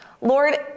Lord